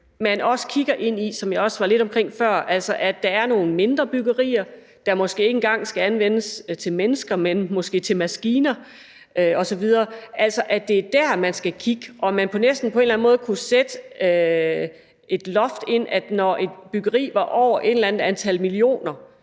var lidt omkring før – at der er nogle mindre byggerier, der måske ikke engang skal anvendes til mennesker, men måske til maskiner osv., altså at det er der, man skal kigge, og om man kunne sætte et loft ind, nemlig at når et byggeri var over et eller andet antal millioner